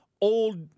old